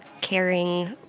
caring